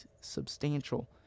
substantial